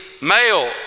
male